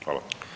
Hvala.